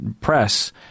press